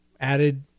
added